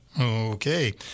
Okay